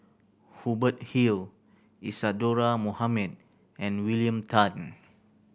Hubert Hill Isadhora Mohamed and William Tan